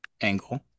angle